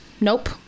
Nope